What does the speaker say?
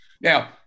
Now